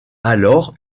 alors